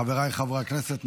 חבריי חברי הכנסת,